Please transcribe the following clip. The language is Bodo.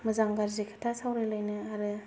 मोजां गाज्रि खोथा सावरायलायनो आरो